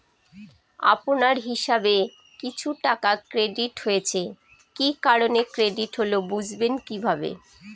আপনার হিসাব এ কিছু টাকা ক্রেডিট হয়েছে কি কারণে ক্রেডিট হল বুঝবেন কিভাবে?